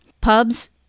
Pubs